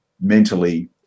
mentally